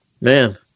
Man